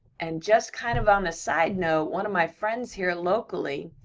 and just kind of on a side note, one of my friends here, locally,